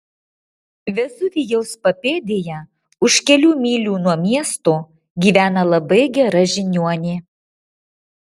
vezuvijaus papėdėje už kelių mylių nuo miesto gyvena labai gera žiniuonė